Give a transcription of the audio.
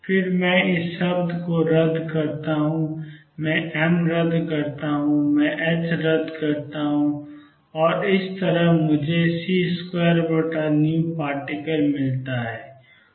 फिर मैं इस शब्द को रद्द करता हूं मैं एम रद्द करता हूं मैं एच रद्द करता हूं और मुझे c2vparticle मिलता है